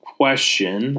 question